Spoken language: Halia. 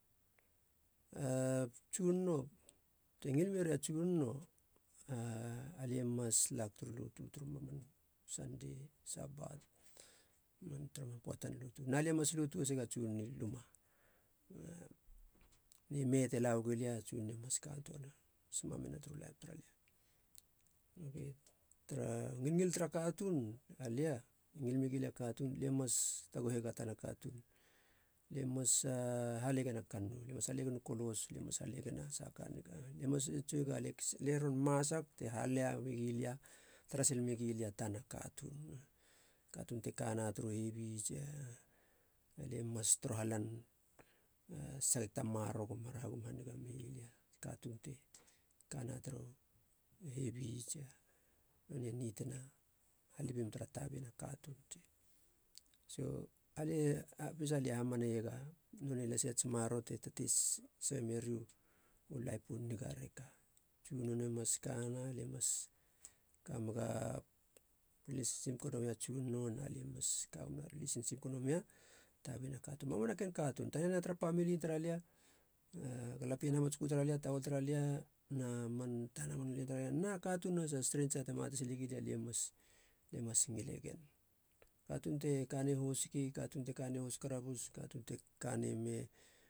A tsunono, te ngil meria tsunono aliemas lag turu lotu turu mamanu sandei, sabat nonei tara man puatan lotu na lie mas lotu hasega tsunono i luma. A nime te lauigulia tsunono mas kann töana, mas mamina turu laip tara lia, tara ngilngil tara katuun a lia lie ngil megia katuun lie mas taguhega tana katuun, lie mas a halegena kannou, lie mas halegenu kolos, lie mas halegena saha ka niga, lie mas entsoiga lie ron masag te hala gi lia te tara sil megilia tana katuun, katuun te kana turu hebi. A lie mas torohalan sakeg ta maroro go mar hagum haniga meilia katuun te kana turu hebi tsia nonei nitina halibim tara tabina katuun. So alie pesa lie hamane iega nonei lasi ats maroro te tatei sabe nueri u laip u niga reka. tsunone mas kana, lie mas kamega relesinsip gono mega katuun, mamanaken katuun, taniana tara pamili tara lia, a galapien hamatskö tar, tahol taralia na man tana man len tara lia na katuun has a strentsa na lie mas lie mas ngile gen katuun te kane hosiki, katuun te kane hos karabus, katuun te kane me